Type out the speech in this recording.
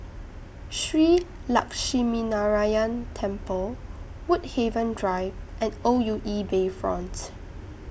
Shree Lakshminarayanan Temple Woodhaven Drive and O U E Bayfronts